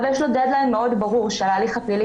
אבל יש לו דד-ליין מאוד ברור בהליך הפלילי